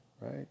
Right